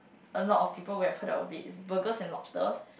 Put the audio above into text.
a lot of people would have heard of it it's Burgers-and-Lobsters